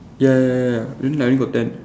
ya ya ya ya ya only I only got ten